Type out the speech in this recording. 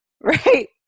right